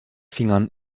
fingern